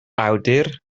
awdur